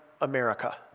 America